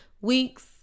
weeks